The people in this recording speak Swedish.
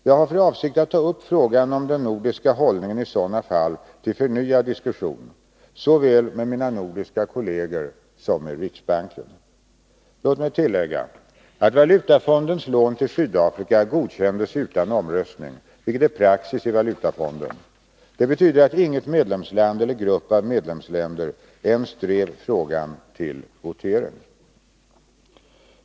Jag har för avsikt att ta upp frågan om den nordiska hållningen i sådana fall till förnyad diskussion såväl med mina nordiska kolleger som med riksbanken. Låt mig tillägga att Valutafondens lån till Sydafrika godkändes utan omröstning, vilket är praxis i Valutafonden. Det betyder att inget medlemsland och inte heller någon grupp av medlemsländer ens drev frågan till votering.